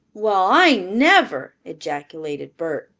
well, i never! ejaculated bert.